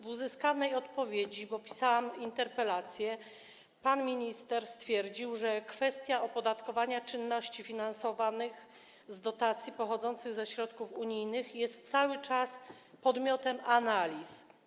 W uzyskanej odpowiedzi, bo pisałam w tej sprawie interpelację, pan minister stwierdził, że kwestia opodatkowania czynności finansowanych z dotacji pochodzących ze środków unijnych jest cały czas przedmiotem analiz.